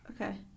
Okay